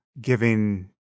giving